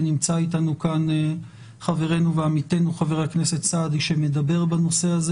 ונמצא איתנו כאן חברנו ועמיתנו חבר הכנסת סעדי שמדבר בנושא הזה.